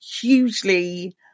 hugely